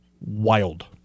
wild